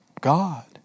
God